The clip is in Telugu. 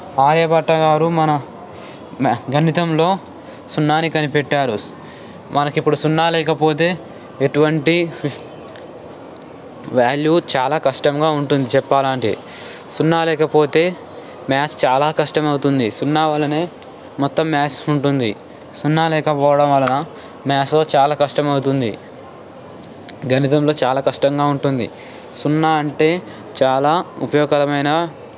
ఆర్యభట్ట గారు మన గణితంలో సున్నాని కనిపెట్టారు మనకు ఇప్పుడు సున్నా లేకపోతే ఎటువంటి వాల్యూ చాలా కష్టంగా ఉంటుంది చెప్పాలంటే సున్నా లేకపోతే మ్యాథ్స్ చాలా కష్టం అవుతుంది సున్నా వాళ్ళనే మొత్తం మ్యాథ్స్ ఉంటుంది సున్నా లేకపోవడం వలన మ్యాథ్స్ చాలా కష్టమవుతుంది గణితంలో చాలా కష్టంగా ఉంటుంది సున్నా అంటే చాలా ఉపయోగకరమైన